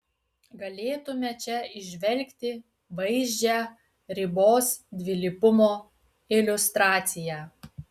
galėtume čia įžvelgti vaizdžią ribos dvilypumo iliustraciją